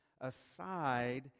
aside